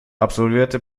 absolvierte